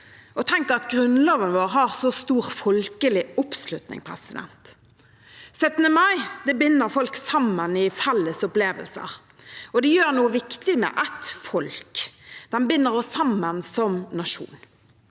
Tenk at grunnloven vår har så stor folkelig oppslutning. 17. mai binder folk sammen i felles opplevelser, og det gjør noe viktig med et folk, det binder oss sammen som nasjon.